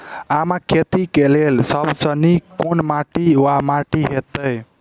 आमक खेती केँ लेल सब सऽ नीक केँ माटि वा माटि हेतै?